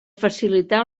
facilitar